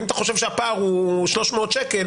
אם אתה חושב שהפער הוא 300 שקלים,